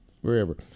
wherever